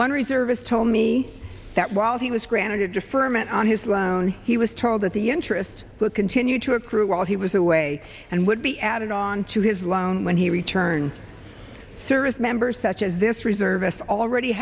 one reserve has told me that while he was granted a deferment on his loan he was told that the interest would continue to accrue while he was away and would be added on to his loan when he returned servicemembers such as this reservist already